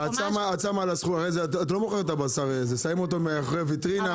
שמים את הבשר מאחורי הוויטרינה.